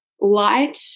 light